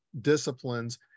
disciplines